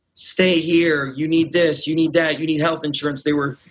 stay here. you need this. you need that. you need health insurance. they were,